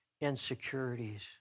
insecurities